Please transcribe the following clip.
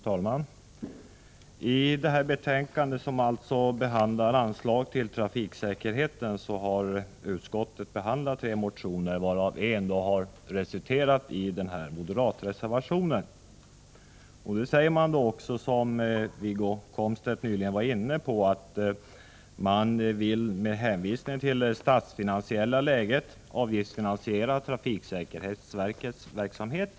Fru talman! I det här betänkandet, som alltså behandlar anslag till trafiksäkerhetsverket, har utskottet behandlat tre motioner, varav en har resulterat i den moderata reservationen. Som Wiggo Komstedt nyligen var inne på anför man med hänvisning till det statsfinansiella läget att man vill avgiftsfinansiera trafiksäkerhetsverkets verksamhet.